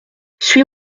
suis